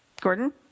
Gordon